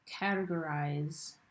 categorize